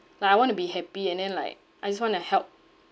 like I want to be happy and then like I just want to help